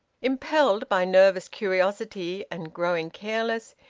impelled by nervous curiosity, and growing careless,